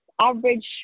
Average